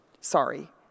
Sorry